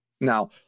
Now